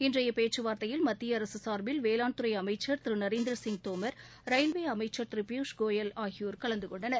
இன்றைய பேச்சுவார்த்தையில் மத்தியஅரசு சார்பில் வேளாண்துறை அமைச்சர் திரு நரேந்திரசிங் தோமர் ரயில்வே அமைச்சர் திரு பியூஷ்கோயல் ஆகியோர் கலந்துகொண்டனர்